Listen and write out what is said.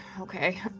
okay